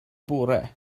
bore